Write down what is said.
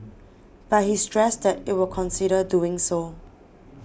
but he stressed that it will consider doing so